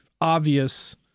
obvious